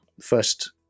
first